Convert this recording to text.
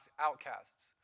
outcasts